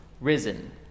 risen